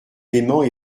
paiement